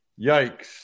Yikes